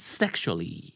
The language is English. sexually